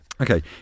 Okay